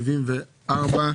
פנייה 374,